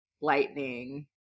Lightning